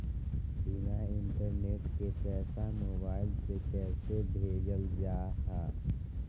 बिना इंटरनेट के पैसा मोबाइल से कैसे भेजल जा है?